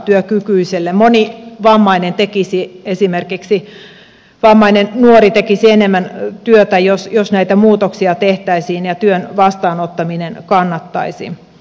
esimerkiksi moni vammainen nuori tekisi enemmän työtä jos näitä muutoksia tehtäisiin ja työn vastaanottaminen kannattaisi